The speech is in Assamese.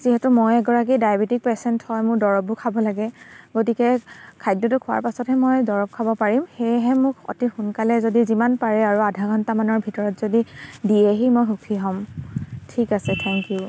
যিহেতু মই এগৰাকী ডায়েবেটিক পেচেণ্ট হয় মোৰ দৰববোৰ খাব লাগে গতিকে খাদ্যটো খোৱাৰ পাছতহে মই দৰব খাব পাৰিম সেয়েহে মোক অতি সোনকালে যদি যিমান পাৰে আৰু আধা ঘণ্টামানৰ ভিতৰত যদি দিয়েহি মই সুখী হ'ম ঠিক আছে থেংক ইউ